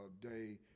day